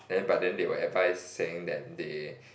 then but then they were advised saying that they